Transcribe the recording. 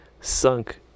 sunk